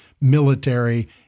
Military